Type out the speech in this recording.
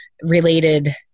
related